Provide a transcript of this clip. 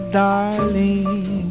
darling